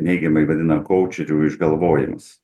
neigiamai vadina koučerių išgalvojimas